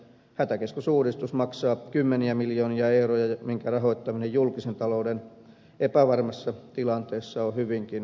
hätäkeskusuudistus maksaa kymmeniä miljoonia euroja ja sen rahoittaminen julkisen talouden epävarmassa tilanteessa on hyvinkin epävarmaa